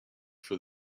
for